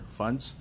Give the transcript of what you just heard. funds